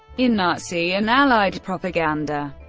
in nazi and allied propaganda